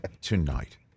tonight